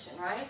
right